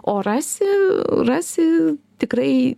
o rasi rasi tikrai